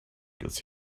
gets